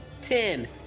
Ten